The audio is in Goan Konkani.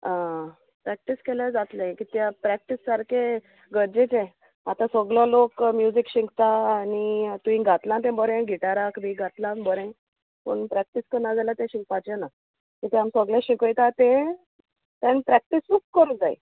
आ प्रॅक्टीस केल्यार जातलें कित्याक प्रॅक्टीस सारकें गरजेचें आतां सोगलो लोक म्युजीक शिकता आनी तुवें घातलां तें बोरें गिटाराक बी घातलां बोरें पूण प्रॅक्टीस करना जाल्यार तें शिकपाचें ना किद्या आमी सोगलें शिकोयता तें तेन्ना प्रॅक्टीसूच करूंक जाय